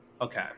Okay